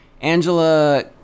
Angela